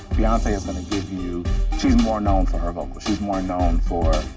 beyonce is gonna give you she's more known for her vocals. she's more known for,